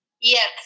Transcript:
Yes